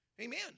Amen